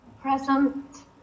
Present